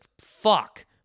fuck